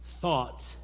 thought